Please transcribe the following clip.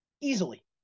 Easily